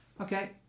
Okay